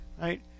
right